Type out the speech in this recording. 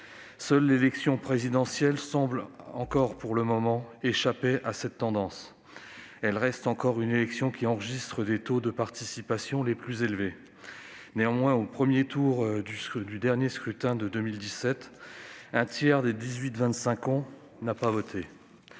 Seule l'élection présidentielle semble échapper, pour le moment, à cette tendance. Elle reste l'élection qui enregistre les taux de participation les plus élevés. Néanmoins, au premier tour du scrutin présidentiel de 2017, un tiers des 18-25 ans n'a pas voté.